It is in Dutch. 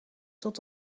tot